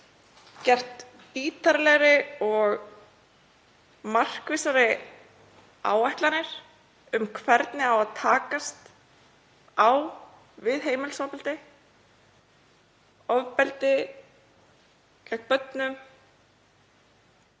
gerðar ítarlegri og markvissari áætlanir um hvernig eigi að takast á við heimilisofbeldi, ofbeldi gegn börnum,